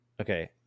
Okay